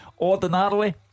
Ordinarily